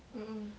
mm